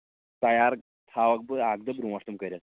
تَیار تھاوَکھ بہٕ اَکھ دۄہ برٛونٛٹھ تِم کٔرِتھ